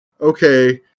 Okay